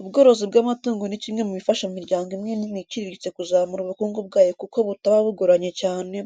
Ubworozi bw'amatungo ni kimwe mu bifasha imiryango imwe n'imwe iciriritse kuzamura ubukungu bwayo kuko butaba bugoranye cyane,